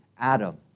Adam